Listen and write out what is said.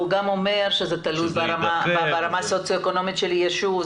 הוא גם אומר שזה תלוי ברמה הסוציואקונומית של יישוב.